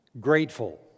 grateful